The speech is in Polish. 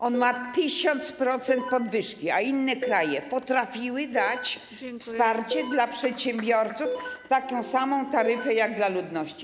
On ma 1000% podwyżki, a inne kraje potrafiły dać wsparcie dla przedsiębiorców, dać taką samą taryfę jak dla ludności.